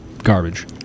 garbage